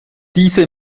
diese